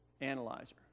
Analyzer